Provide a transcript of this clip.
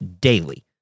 daily